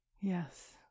Yes